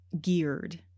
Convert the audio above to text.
geared